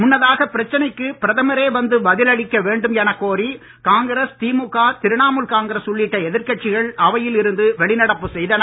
முன்னதாக பிரச்சனைக்கு பிரதமரே வந்து பதில் அளிக்க வேண்டும் எனக் கோரி காங்கிரஸ் திமுக திரிணாமுல் காங்கிரஸ் உள்ளிட்ட எதிர்க் கட்சிகள் அவையில் இருந்து வெளிநடப்பு செய்தன